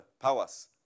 powers